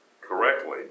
correctly